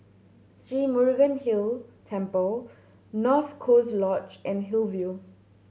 Sri Murugan Hill Temple North Coast Lodge and Hillview